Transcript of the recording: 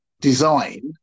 design